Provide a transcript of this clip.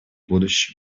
будущем